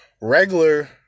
regular